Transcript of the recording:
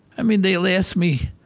i mean they'll ask me.